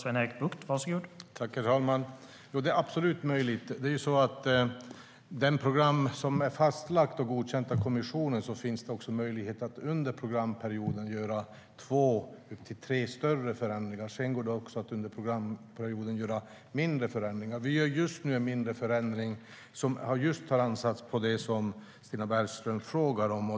Herr talman! Det är absolut möjligt. När det gäller det program som är fastlagt och godkänt av kommissionen finns det möjlighet att under programperioden göra två till tre större förändringar. Sedan går det också att under programperioden göra mindre förändringar. Vi gör nu en mindre förändring som just tar ansats på det som Stina Bergström frågar om.